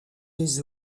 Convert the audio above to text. des